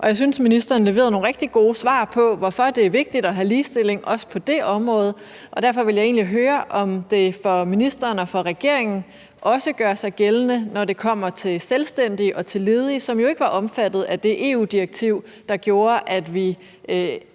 og jeg synes, at ministeren leverede nogle rigtig gode svar på, hvorfor det også er vigtigt at have ligestilling på det område. Derfor vil jeg høre, om det for ministeren og for regeringen også gør sig gældende, når det kommer til selvstændige og ledige, som jo ikke var omfattet af det EU-direktiv, der gjorde, at vi